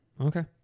Okay